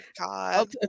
god